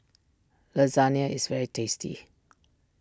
Lasagne is very tasty